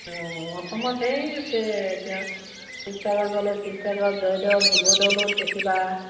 অঁ অসমত ধেৰ আছে এতিয়া শিৱসাগৰ গ'লে শিৱসাগৰত জয়দৌল শিৱদৌলত দেখিবা